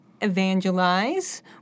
evangelize